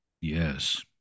Yes